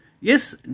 Yes